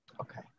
Okay